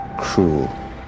cruel